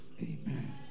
Amen